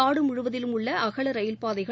நாடு முழுவதிலும் உள்ள அசல ரயில் பாதைகள்